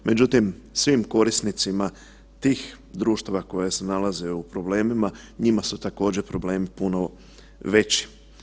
Međutim, svim korisnicima tih društava koje se nalaze u problemima, njima su također problemi puno veći.